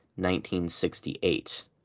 1968